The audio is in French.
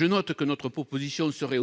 en outre que notre proposition serait